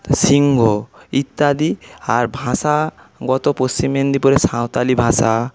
সিংহ ইত্যাদি আর ভাষাগত পশ্চিম মেদিনীপুরের সাঁওতালি ভাষা